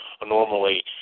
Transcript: normally